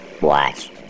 watch